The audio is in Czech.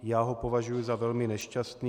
Já ho považuji za velmi nešťastný.